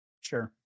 sure